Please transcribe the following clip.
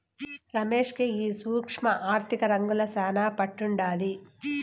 రమేష్ కి ఈ సూక్ష్మ ఆర్థిక రంగంల శానా పట్టుండాది